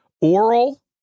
Oral